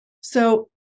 So-